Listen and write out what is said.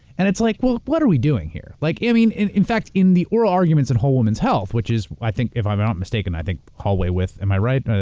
and it's like, well, what are we doing here? like i mean, in in fact, in the oral arguments in whole woman's health, which is, i think, if i'm not mistaken, i think hallway width. am i right?